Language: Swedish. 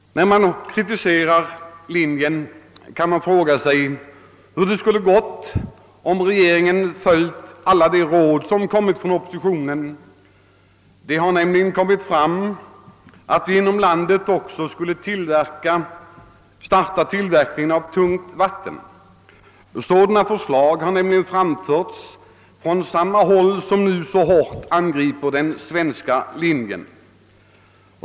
Hur det skulle ha gått om regeringen följt alla de råd som kommit från oppositionen? Förslag om att vi inom landet också skall starta tillverkningen av tungt vatten har framförts från samma håll som nu så hårt angripit den svenska linjen.